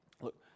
Look